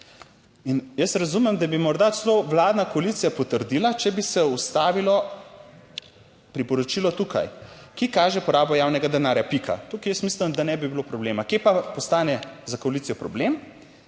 jaz razumem, da bi morda celo vladna koalicija potrdila, če bi se ustavilo priporočilo tukaj: ki kaže porabo javnega denarja, pika. Tukaj jaz mislim, da ne bi bilo problema. Kje pa postane za koalicijo problem?